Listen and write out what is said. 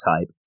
type